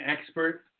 expert